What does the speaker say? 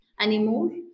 anymore